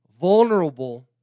vulnerable